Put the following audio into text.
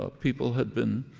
ah people had been